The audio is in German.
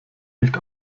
nicht